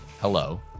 Hello